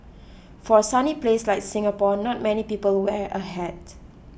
for a sunny place like Singapore not many people wear a hat